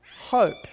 Hope